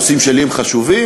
נושאים שלי הם חשובים,